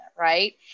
right